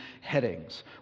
headings